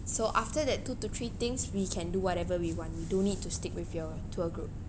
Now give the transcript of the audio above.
so after that two to three things we can do whatever we want don't need to stick with your tour group